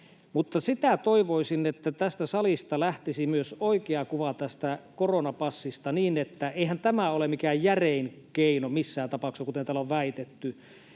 Mutta sitä toivoisin, että tästä salista lähtisi myös oikea kuva tästä koronapassista: Eihän tämä ole mikään järein keino missään tapauksessa, kuten täällä on väitetty.